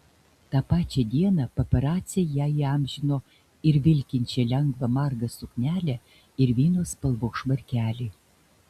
tą pačią dieną paparaciai ją įamžino ir vilkinčią lengvą margą suknelę ir vyno spalvos švarkelį